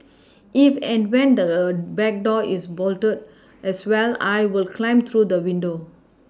if and when the back door is bolted as well I will climb through the window